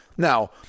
Now